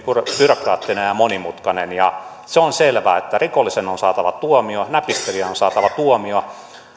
byrokraattinen ja ja monimutkainen se on selvää että rikollisen on saatava tuomio näpistelijän on saatava tuomio